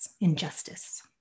injustice